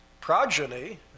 progeny